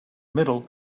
middle